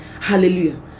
Hallelujah